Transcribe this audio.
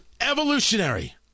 evolutionary